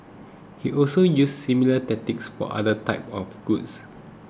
she also used similar tactics for other types of goods